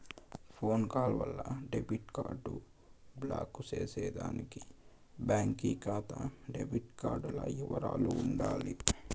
phone call వల్ల debit card block చేసేదానికి బాంకీ కాతా డెబిట్ కార్డుల ఇవరాలు ఉండాల